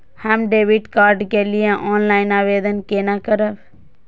हम debit card के लिए ऑनलाइन आवेदन केना करब?